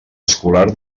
escolar